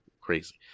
crazy